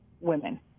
women